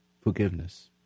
forgiveness